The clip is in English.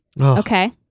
Okay